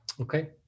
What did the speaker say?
Okay